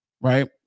Right